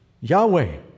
Yahweh